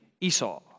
Esau